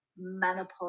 menopause